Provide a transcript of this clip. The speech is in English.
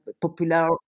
popular